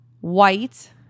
white